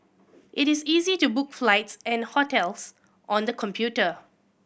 it is easy to book flights and hotels on the computer